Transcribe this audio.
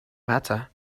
matter